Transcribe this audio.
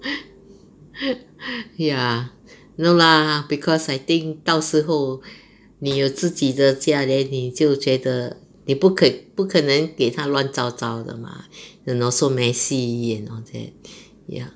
ya no lah because I think 到时候你有自己的家 then 你就觉得你不可以不可能给他乱糟糟的 mah you know so messy and all that ya